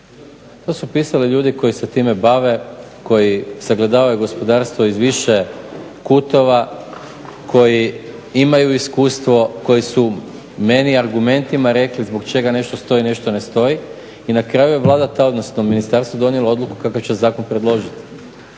To su pisali ljudi koji se time bave, koji sagledavaju gospodarstvo iz više kutova, koji imaju iskustvo, koji su meni argumentima rekli zbog čega nešto stoji, nešto ne stoji i na kraju je Vlada ta, odnosno ministarstvo donijelo odluku kakav će zakon predložiti.